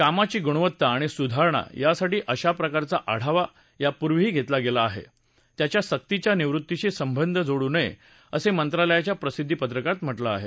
कामाची गुणवत्ता आणि सुधारणा यासाठी अशाप्रकारचा आढावा यापूर्वीही घेतला गेला आहे त्याचा सक्तीच्या निवृत्तीशी संबंध जोडू नये असं मंत्रालयाच्या प्रसिद्वीपत्रकात म्हटलं आहे